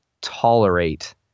tolerate